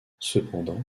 cependant